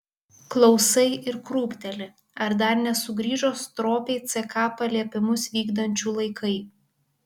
klausai ir krūpteli ar dar nesugrįžo stropiai ck paliepimus vykdančių laikai